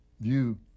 view